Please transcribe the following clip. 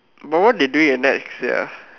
but why they do it at night sia